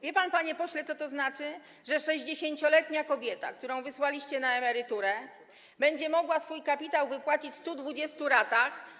Wie pan, panie pośle, co to znaczy, że 60-letnia kobieta, którą wysłaliście na emeryturę, będzie mogła swój kapitał wypłacić w 120 ratach.